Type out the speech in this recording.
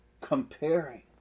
comparing